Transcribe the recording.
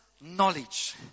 knowledge